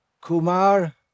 Kumar